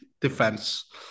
defense